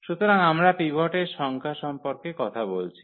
সুতরাং আমরা পিভটের সংখ্যা সম্পর্কে কথা বলছি